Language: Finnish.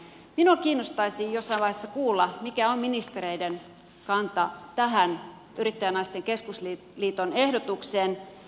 minua kiinnostaisi jossain vaiheessa kuulla mikä on ministereiden kanta tähän yrittäjänaisten keskusliiton ehdotukseen